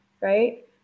right